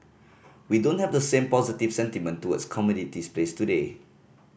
we don't have the same positive sentiment towards commodities plays today